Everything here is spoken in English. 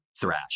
thrash